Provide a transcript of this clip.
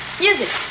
Music